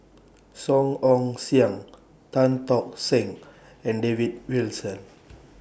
Song Ong Siang Tan Tock Seng and David Wilson